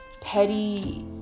petty